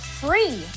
free